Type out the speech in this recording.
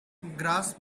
grasp